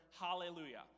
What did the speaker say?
hallelujah